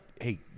hey